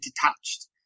detached